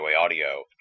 Audio